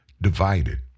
divided